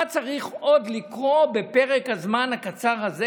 מה צריך עוד לקרות בפרק הזמן הקצר הזה